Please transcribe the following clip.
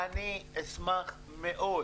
אני אשמח מאוד.